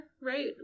right